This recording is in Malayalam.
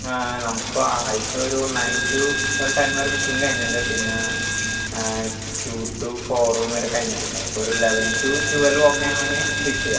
നമുക്കിപ്പോൾ ആദ്യത്തൊരു നൈൻ ടു ഒരു ടെൻ വരെ ബുക്കിംഗ് കഴിഞ്ഞുണ്ട് പിന്നെ ടു ടു ഫോറും വരെ കഴിഞ്ഞിട്ടുണ്ട് അപ്പോൾ ഒരു ലെവൻ ടു ട്വൽവ് ഓക്കെ ആണെങ്കിൽ ഫിക്സ് ചെയ്യാം